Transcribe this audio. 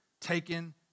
taken